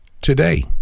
today